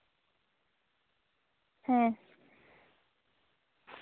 ᱦᱮᱸ